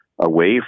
away